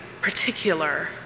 particular